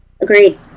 agreed